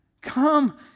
come